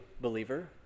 believer